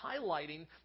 highlighting